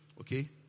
Okay